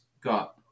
got